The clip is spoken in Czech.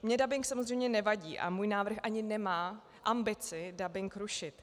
Mně dabing samozřejmě nevadí a můj návrh ani nemá ambici dabing rušit.